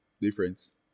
difference